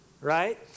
right